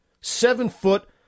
seven-foot